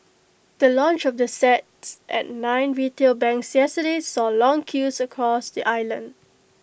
the launch of the sets at nine retail banks yesterday saw long queues across the island